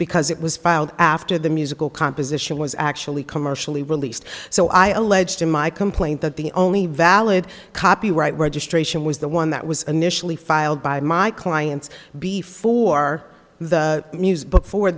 because it was filed after the musical composition was actually commercially released so i alleged in my complaint that the only valid copyright registration was the one that was initially filed by my clients before the news before